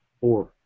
Four